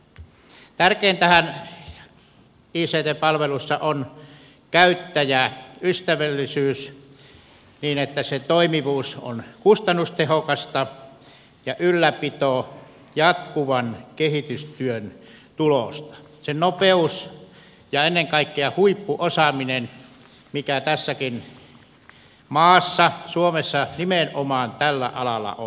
tärkeintähän ict palveluissa on käyttäjäystävällisyys niin että se toimivuus on kustannustehokasta ja ylläpito jatkuvan kehitystyön tulosta sen nopeus ja ennen kaikkea huippuosaaminen mikä tässäkin maassa suomessa nimenomaan tällä alalla on